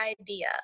idea